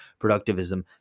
productivism